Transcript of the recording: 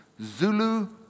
Zulu